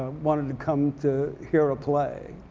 wanted to come to hear a play.